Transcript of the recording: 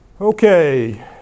Okay